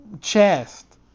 chest